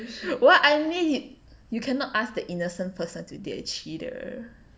what I mean you can't ask the innocent person to date a cheater